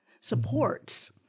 supports